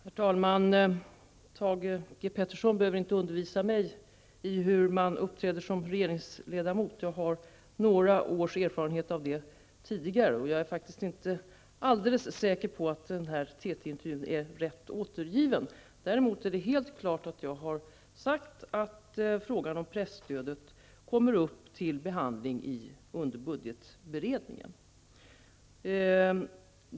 Herr talman! Thage G Peterson behöver inte undervisa mig i hur man uppträder som regeringsledamot. Jag har några års erfarenhet av det tidigare. Och jag är faktiskt inte alldeles säker på att denna TT-intervju är rätt återgiven. Däremot är det helt klart att jag har sagt att frågan om presstödet kommer upp till behandling under budgetberedningen.